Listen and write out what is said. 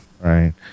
right